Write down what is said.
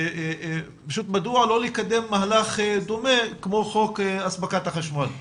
ופשוט מדוע לא לקדם מהלך דומה כמו חוק הספקת החשמל?